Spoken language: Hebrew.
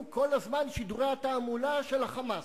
כל הזמן שידורי התעמולה של ה"חמאס",